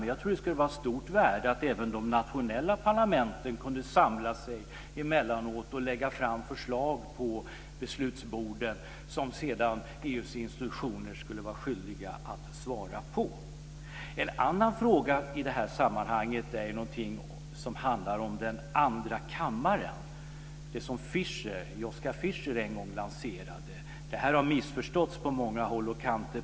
Jag tror att det skulle vara av stort värde att även de nationella parlamenten emellanåt kunde samla sig och lägga fram förslag på beslutsborden som EU:s institutioner sedan skulle vara skyldiga att behandla. En annan fråga i detta sammanhang handlar om den andra kammaren, det som Joschka Fischer en gång lanserade. Detta har missförståtts på många håll och kanter.